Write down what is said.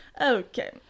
okay